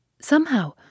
Somehow